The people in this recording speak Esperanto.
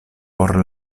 por